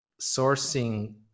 sourcing